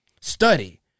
Study